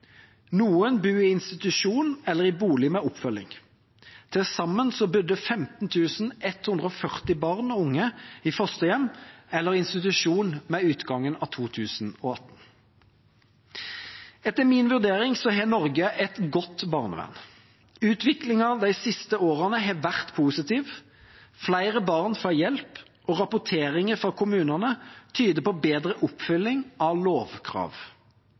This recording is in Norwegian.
Noen bor i institusjon eller i bolig med oppfølging. Til sammen bodde 15 140 barn og unge i fosterhjem eller institusjon ved utgangen av 2018. Etter min vurdering har Norge et godt barnevern. Utviklingen de siste årene har vært positiv. Flere barn får hjelp, og rapporteringer fra kommunene tyder på bedre oppfylling av lovkrav.